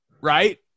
Right